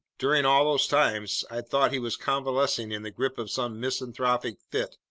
during all those times i'd thought he was convalescing in the grip of some misanthropic fit,